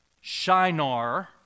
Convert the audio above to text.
Shinar